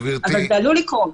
אבל זה עלול לקרות.